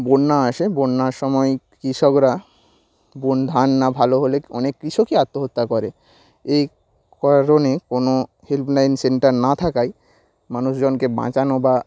বন্যা আসে বন্যার সময় কৃষকরা বোন ধান না ভালো হলে অনেক কৃষকই আত্মহত্যা করে এই কারণে কোনো হেল্পলাইন সেন্টার না থাকায় মানুষজনকে বাঁচানো বা